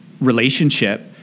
relationship